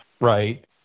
right